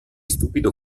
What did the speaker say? stupido